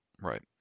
Right